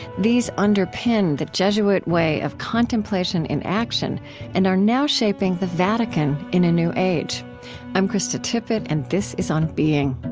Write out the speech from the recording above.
these underpinned the jesuit way of contemplation in action and are now shaping the vatican in a new age i'm krista tippett, and this is on being